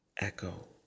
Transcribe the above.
echo